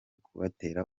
kubatera